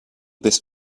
this